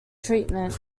treatment